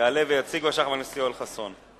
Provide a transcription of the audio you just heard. יעלה ויציג חבר הכנסת יואל חסון.